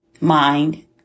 Mind